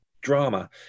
drama